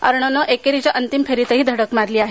अर्णवनं आज एकेरीच्या अंतिम फेरीतही धडक मारली आहे